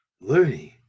learning